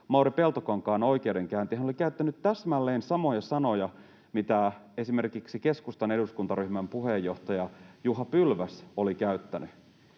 Mauri Peltokankaan oikeudenkäynti. Hän oli käyttänyt täsmälleen samoja sanoja kuin esimerkiksi keskustan eduskuntaryhmän puheenjohtaja Juha Pylväs oli käyttänyt,